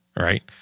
Right